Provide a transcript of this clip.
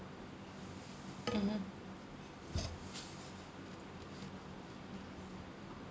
mmhmm